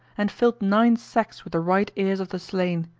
and filled nine sacks with the right ears of the slain.